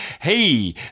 hey